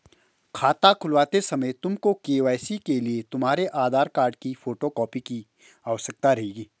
खाता खुलवाते समय तुमको के.वाई.सी के लिए तुम्हारे आधार कार्ड की फोटो कॉपी की आवश्यकता रहेगी